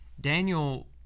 Daniel